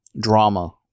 drama